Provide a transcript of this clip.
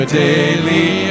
daily